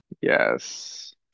yes